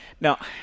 now